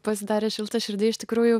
pasidarė šilta širdy iš tikrųjų